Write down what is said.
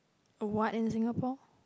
what in Singapore